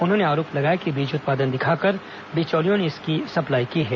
उन्होंने आरोप लगाया कि बीज उत्पादन दिखाकर बिचौलियों ने इसकी सप्लाई की है